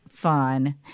fun